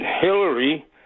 Hillary